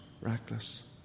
reckless